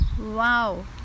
Wow